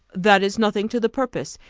that is nothing to the purpose.